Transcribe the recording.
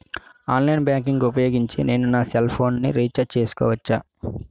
Online banking ఊపోయోగించి నేను నా సెల్ ఫోను ని రీఛార్జ్ చేసుకోవచ్చా?